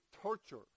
torture